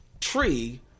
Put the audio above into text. tree